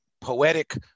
poetic